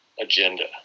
agenda